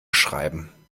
schreiben